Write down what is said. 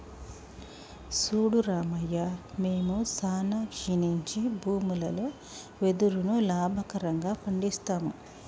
సూడు రామయ్య మేము సానా క్షీణించి భూములలో వెదురును లాభకరంగా పండిస్తాము